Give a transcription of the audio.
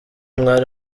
mwari